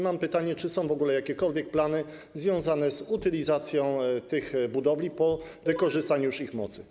Mam pytanie: Czy są w ogóle jakiekolwiek plany związane z utylizacją tych budowli po wykorzystaniu już ich mocy?